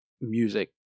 music